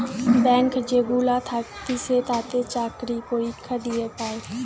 bank যেগুলা থাকতিছে তাতে চাকরি পরীক্ষা দিয়ে পায়